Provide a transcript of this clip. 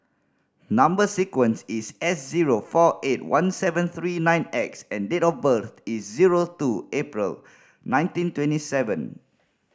number sequence is S zero four eight one seven three nine X and date of birth is zero two April nineteen twenty seven